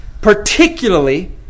particularly